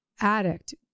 addict